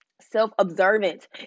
self-observant